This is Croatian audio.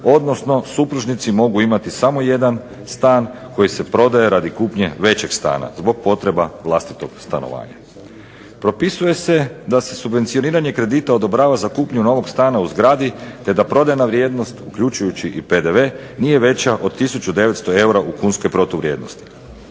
odnosno supružnici mogu imati samo jedan stan koji se prodaje radi kupnje većeg stana, zbog potreba vlastitog stanovanja. Propisuje se da se subvencioniranje kredita odobrava za kupnju novog stana u zgradi, te da prodajna vrijednost uključujući i PDV nije veća od tisuću 900 eura u kunskoj protuvrijednosti,